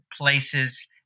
places